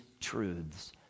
truths